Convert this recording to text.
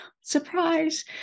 Surprise